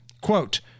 Quote